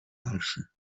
dalszy